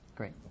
Great